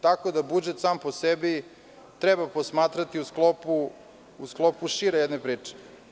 Tako da budžet sam po sebi treba posmatrati u sklopu šire jedne priče.